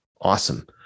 Awesome